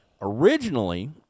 Originally